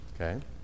Okay